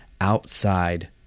outside